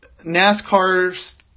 NASCAR's